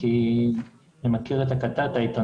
כי אני מכיר את העיתונאי,